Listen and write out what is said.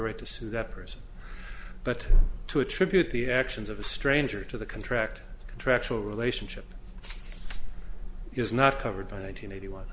right to sue that person but to attribute the actions of a stranger to the contract contractual relationship is not covered by nine hundred eighty one